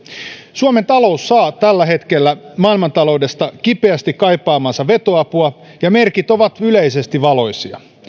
suomen talous saa tällä hetkellä maailmantaloudesta kipeästi kaipaamaansa vetoapua ja merkit ovat yleisesti valoisia